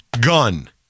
gun